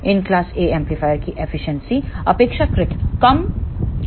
in class A amplifier की efficiency अपेक्षाकृत कम है